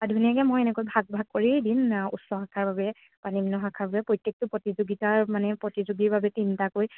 আৰু ধুনীয়াকৈ মই এনেকৈ ভাগ ভাগ কৰি দিম উচ্চ শাখাৰ বাবে বা নিম্ন শাখাৰ বাবে প্ৰত্যেকটো প্ৰতিযোগিতাৰ মানে প্ৰতিযোগীৰ বাবে তিনিটাকৈ